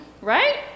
right